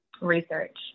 research